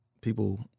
people